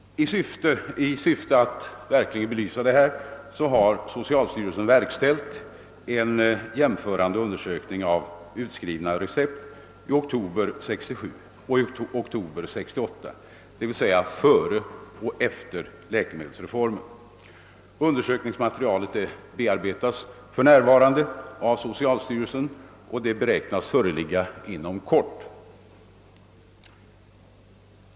— Socialstyrelsen har nu gjort en jämförande undersökning av utskrivna recept i oktober 1967 och i oktober 1968, d.v.s. före och efter läkemedelsreformen. Undersökningsmaterialet bearbetas för närvarande av socialstyrelsen, och resultatet beräknas föreligga inom kort.